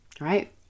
Right